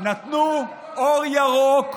נתנו אור ירוק,